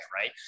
right